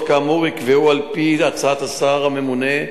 כאמור ייקבעו על-פי הצעת השר הממונה,